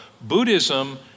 Buddhism